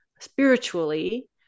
spiritually